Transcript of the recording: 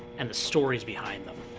and the stories behind them.